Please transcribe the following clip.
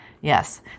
yes